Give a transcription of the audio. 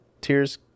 Tears